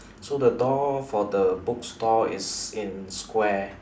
so the door for the bookstore is in square